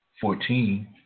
Fourteen